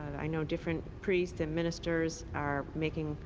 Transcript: i know different priests and ministers are making